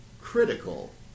critical